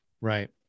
Right